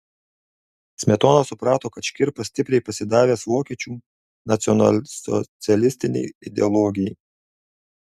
smetona suprato kad škirpa stipriai pasidavęs vokiečių nacionalsocialistinei ideologijai